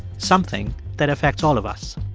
something that affects all of us.